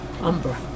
Umbra